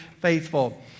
faithful